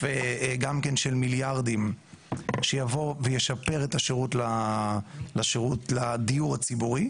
של מיליארדים שיבוא וישפר את השירות לדיור הציבורי,